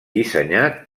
dissenyat